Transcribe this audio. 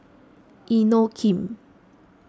Inokim